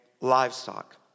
livestock